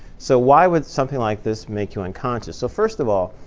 so why would something like this make you unconscious? so first of all,